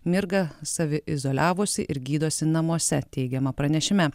mirga saviizoliavosi ir gydosi namuose teigiama pranešime